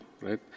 right